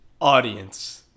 audience